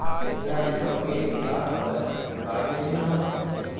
ग्रामीणों के विकास बर का योजना हवय?